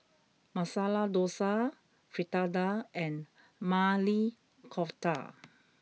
Masala Dosa Fritada and Maili Kofta